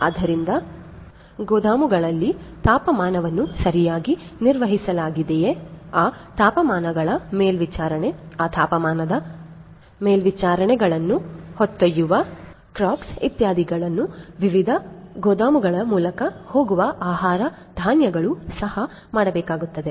ಆದ್ದರಿಂದ ಗೋದಾಮುಗಳ ತಾಪಮಾನವನ್ನು ಸರಿಯಾಗಿ ನಿರ್ವಹಿಸಲಾಗಿದೆಯೆ ಆ ತಾಪಮಾನಗಳ ಮೇಲ್ವಿಚಾರಣೆ ಆ ತಾಪಮಾನದ ಮೇಲ್ವಿಚಾರಣೆಯನ್ನು ಹೊತ್ತೊಯ್ಯುವ ಕ್ರಕ್ಸ್ ಇತ್ಯಾದಿಗಳನ್ನು ವಿವಿಧ ಗೋದಾಮುಗಳ ಮೂಲಕ ಹೋಗುವ ಆಹಾರ ಧಾನ್ಯಗಳು ಸಹ ಮಾಡಬೇಕಾಗುತ್ತದೆ